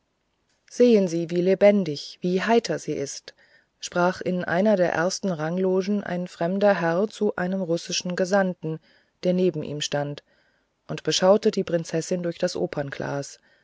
sehen sie wie lebendig wie heiter sie ist sprach in einer der ersten ranglogen ein fremder herr zu dem russischen gesandten der neben ihm stand und beschaute die prinzessin durch das opernglas